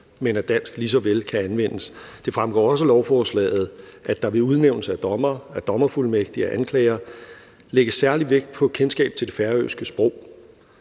men at dansk lige så vel kan anvendes. Det fremgår også af lovforslaget, at der ved udnævnelse af dommere, dommerfuldmægtige og anklagere lægges særlig vægt på kendskab til det færøske sprog.